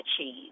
achieve